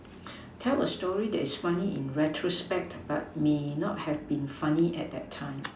tell a story that is funny in retrospect but may not have been funny at that time